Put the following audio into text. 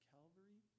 Calvary